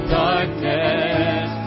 darkness